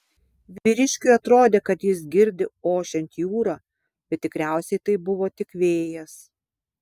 vyriškiui atrodė kad jis girdi ošiant jūrą bet tikriausiai tai buvo tik vėjas